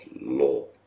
law